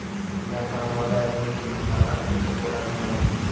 बिना काम वाले आदमी के भी खाता खुल सकेला की ना?